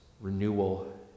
renewal